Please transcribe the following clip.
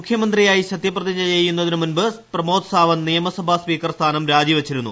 മുഖ്യമന്ത്രിയായി സത്യപ്രതിജ്ഞ ചെയ്യുന്നതിന് മുമ്പ് പ്രമോദ് സാവന്ത് നിയമസഭാ സ്പീക്കർ സ്ഥാനം രാജിവച്ചിരുന്നു